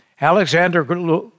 Alexander